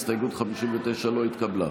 הסתייגות 59 לא התקבלה.